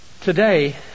Today